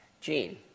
gene